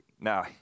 Now